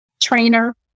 trainer